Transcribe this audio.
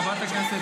הגיע השר,